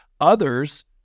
others